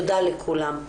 תודה לכולם.